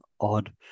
odd –